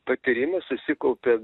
patyrime susikaupė